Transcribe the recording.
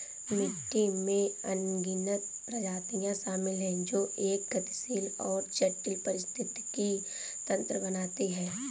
मिट्टी में अनगिनत प्रजातियां शामिल हैं जो एक गतिशील और जटिल पारिस्थितिकी तंत्र बनाती हैं